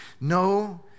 No